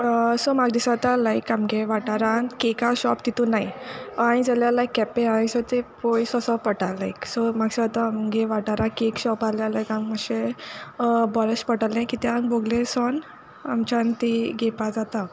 so म्हाक दिसोता लायक आमगे वाठारांत कॅकां शॉप तितू नाय आहाय जाल्यर केपें हाय सो तींग पोयस ओसों पोटा लायक सो म्हाक दिसोता म्हुगे वाठारां कॅक शॉप आहलो जाल्यार आमक माशे बोर अेश पोटालें कित्याक बोगलेर सोन आमच्यान ती घेवपा जाता